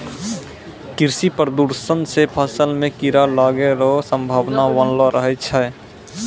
कृषि प्रदूषण से फसल मे कीड़ा लागै रो संभावना वनलो रहै छै